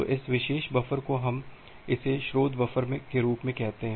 तो इस विशेष बफर को हम इसे स्रोत बफर के रूप में कहते हैं